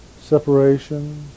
separation